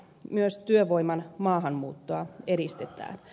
myös työvoiman maahanmuuttoa edistetään